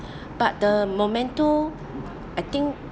but the momento I think